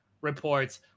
reports